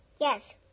Yes